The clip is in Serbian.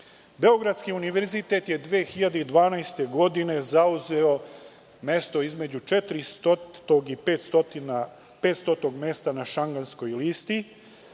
prećutimo. Beogradski univerzitet je 2012. godine zauzeo mesto između 400. i 500. na Šangajskoj listi,